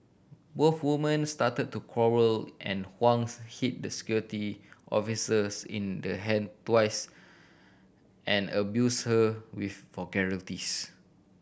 both woman started to quarrel and Huang's hit the Security Officers in the hand twice and abuse her with vulgarities